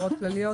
הוראות כלליות,